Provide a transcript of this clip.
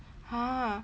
!huh!